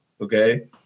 okay